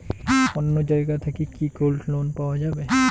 অন্য জায়গা থাকি কি গোল্ড লোন পাওয়া যাবে?